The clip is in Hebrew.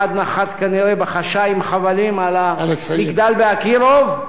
אחד נחת כנראה בחשאי עם חבלים על המגדל באקירוב,